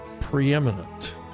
preeminent